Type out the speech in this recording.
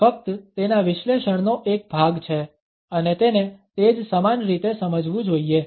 તે ફક્ત તેના વિશ્લેષણનો એક ભાગ છે અને તેને તે જ સમાન રીતે સમજવું જોઈએ